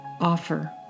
Offer